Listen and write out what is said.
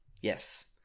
Yes